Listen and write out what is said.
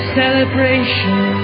celebration